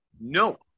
No